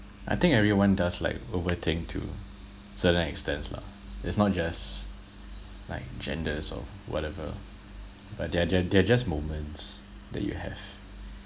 I think everyone does like overthink to certain extents lah it's not just like genders or whatever but they are they are just moments that you have